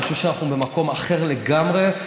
אני חושב שאנחנו במקום אחר לגמרי,